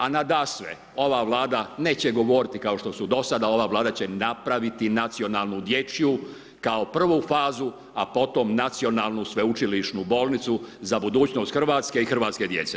A nadasve ova vlada neće govoriti kao što su do sada, ova vlada će napraviti nacionalnu dječju, kao prvu fazu, a potom i nacionalnu sveučilišnu bolnicu, za budućnost Hrvatske i hrvatske djece.